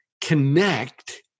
connect